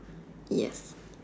yes